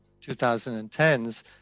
2010s